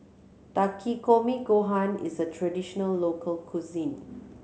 Takikomi Gohan is a traditional local cuisine